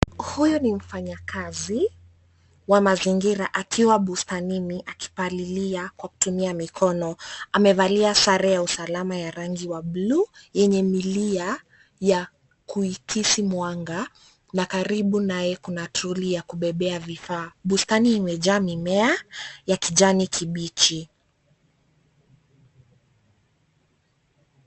Huyu ni mfanyakazi wa mazingira akiwa bustanini akipalilia kwa kutumia mikono amevalia sare ya usalama ya rangi wa bluu yenye mlia ya kuikisi mwanga na karibu naye kuna troli ya kubebea vifaa bustani imejaa mimea ya kijani kibichi.